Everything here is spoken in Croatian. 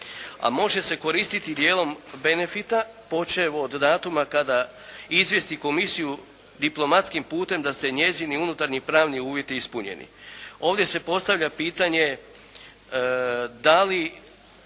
a može se koristiti dijelom benefita počev od datuma kada izvijesti komisiju diplomatskim putem da su njezini unutarnji, pravni uvjeti ispunjeni. Ovdje se postavlja pitanje da li